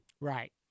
Right